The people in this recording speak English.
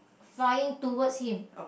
flying towards him